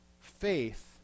faith